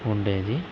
ఉండేది